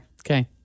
Okay